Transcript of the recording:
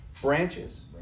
branches